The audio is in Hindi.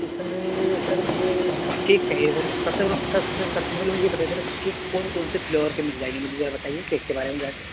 जी सर सर मुझे केक चाहिए सर सबसे सबसे सबसे पहले मुझे यह बताइए सर कि कौन कौन से फ्लेवर के मिल जाएँगे मुझे यह बताइए